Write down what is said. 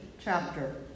chapter